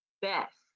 best